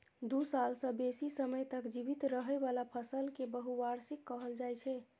दू साल सं बेसी समय तक जीवित रहै बला फसल कें बहुवार्षिक कहल जाइ छै